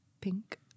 Pink